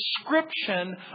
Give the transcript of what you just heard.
description